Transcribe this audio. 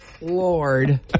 Lord